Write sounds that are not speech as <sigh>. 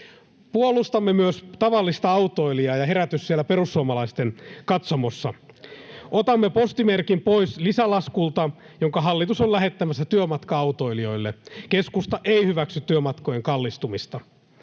Puolustamme myös tavallista autoilijaa — herätys siellä perussuomalaisten katsomossa. <noise> Otamme postimerkin pois lisälaskulta, jonka hallitus on lähettämässä työmatka-autoilijoille. Keskusta ei hyväksy työmatkojen kallistumista.